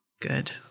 good